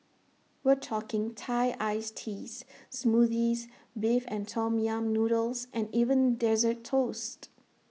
we're talking Thai iced teas Smoothies Beef and Tom yam noodles and even Dessert Toasts